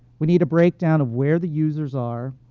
we need a breakdown of where the users are,